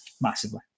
massively